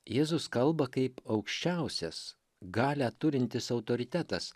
jėzus kalba kaip aukščiausias galią turintis autoritetas